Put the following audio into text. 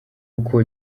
uko